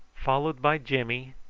followed by jimmy,